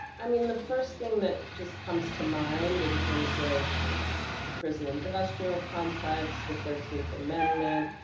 i mean, the first thing that just comes to mind in terms of the prison-industrial complex, the thirteenth amendment,